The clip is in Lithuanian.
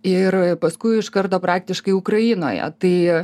ir paskui iš karto praktiškai ukrainoje tai